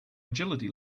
agility